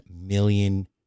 million